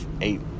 eight